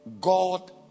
God